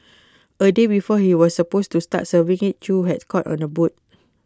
A day before he was supposed to start serving IT chew was caught on A boat